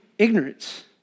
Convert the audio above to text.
ignorance